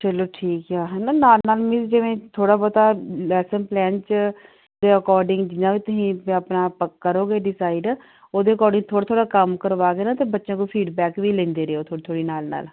ਚਲੋ ਠੀਕ ਆ ਹੈ ਨਾ ਨਾਲ ਨਾਲ ਮੀਨਜ਼ ਜਿਵੇਂ ਥੋੜ੍ਹਾ ਬਹੁਤਾ ਲੈਸਨ ਪਲੈਨ 'ਚ ਦੇ ਅਕੋਰਡਿੰਗ ਜਿੰਨਾ ਵੀ ਤੁਸੀਂ ਆਪਣਾ ਕਰੋਂਗੇ ਡਿਸਾਈਡ ਉਹਦੇ ਅਕੋਰਡਿੰਗ ਥੋੜ੍ਹਾ ਥੋੜ੍ਹਾ ਕੰਮ ਕਰਵਾ ਕੇ ਨਾ ਅਤੇ ਬੱਚਿਆਂ ਕੋਲ ਫੀਡਬੈਕ ਵੀ ਲੈਂਦੇ ਰਿਹੋ ਥੋੜ੍ਹੇ ਥੋੜ੍ਹੇ ਨਾਲ ਨਾਲ